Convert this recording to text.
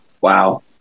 wow